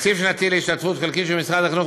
"תקציב שנתי להשתתפות חלקית של משרד החינוך